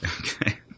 Okay